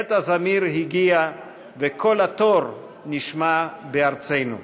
עת הזמיר הגיע וקול התור נשמע בארצנו".